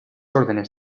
órdenes